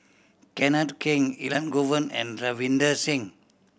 Kenneth Keng Elangovan and Ravinder Singh